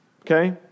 okay